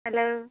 hello